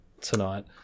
tonight